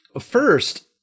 First